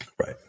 Right